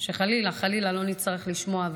שחלילה חלילה לא נצטרך לשמוע.